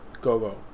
GoGo